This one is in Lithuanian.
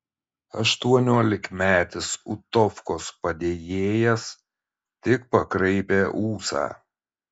aštuoniolikmetis utovkos padėjėjas tik pakraipė ūsą